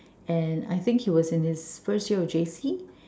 and I think he was in his first year of J_C